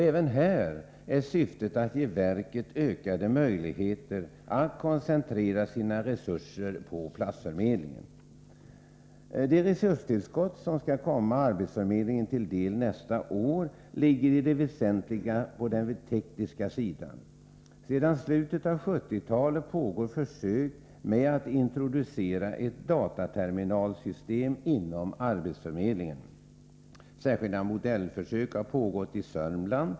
Även här är syftet att ge verket ökade möjligheter att koncentrera sina resurser på platsförmedlingen. De resurstillskott som skall komma arbetsförmedlingen till del nästa år ligger i det väsentliga på den tekniska sidan. Sedan slutet av 1970-talet pågår försök med att introducera ett dataterminalsystem inom arbetsförmedlingen. Särskilda modellförsök har pågått i Södermanland.